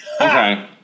Okay